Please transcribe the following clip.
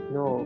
no